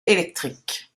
électriques